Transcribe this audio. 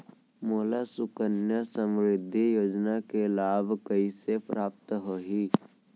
मोला सुकन्या समृद्धि योजना के लाभ कइसे प्राप्त होही?